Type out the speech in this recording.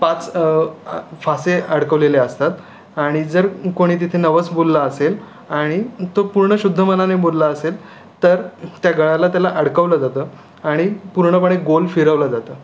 पाच फासे अडकवलेले असतात आणि जर कोणी तिथे नवस बोलला असेल आणि तो पूर्ण शुद्ध मनाने बोलला असेल तर त्या गळाला त्याला अडकवलं जातं आणि पूर्णपणे गोल फिरवलं जातं